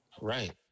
Right